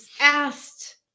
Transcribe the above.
asked